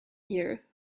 here